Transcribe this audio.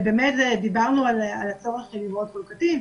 דיברנו על הצורך לראות כל קטין,